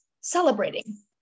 celebrating